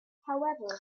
however